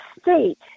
state